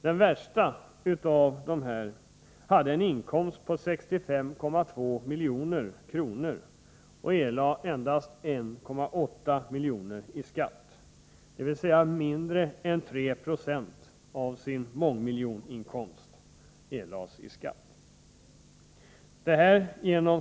Den värste av dessa hade en inkomst på 65,2 milj.kr. och erlade endast 1,8 miljoner i skatt, dvs. mindre än 3970 av sin mångmiljoninkomst.